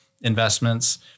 investments